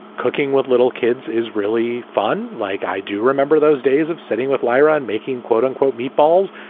cooking with little kids is really fun. like i do remember those days of sitting with lyra and making quote unquote meatballs.